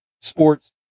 sports